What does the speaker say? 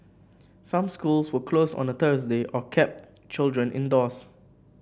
some schools were closed on Thursday or kept children indoors